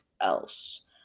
else